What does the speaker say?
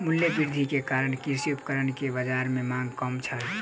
मूल्य वृद्धि के कारण कृषि उपकरण के बाजार में मांग कम छल